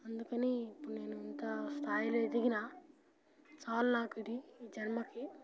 అందుకని ఇప్పుడు నేను ఇంత స్థాయిలో ఎదిగినా చాలు నాకు ఇది ఈ జన్మకి